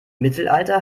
mittelalter